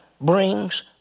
brings